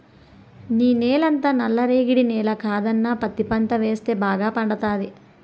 నీ నేలంతా నల్ల రేగడి నేల కదన్నా పత్తి పంట వేస్తే బాగా పండతాది